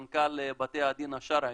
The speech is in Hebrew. מנכ"ל בתי הדין השרעיים.